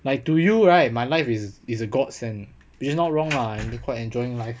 like to you right my life is is a god send it's not wrong lah I'm quite enjoying life